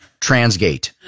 Transgate